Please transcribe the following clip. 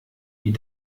wie